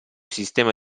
sistema